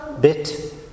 bit